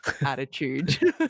attitude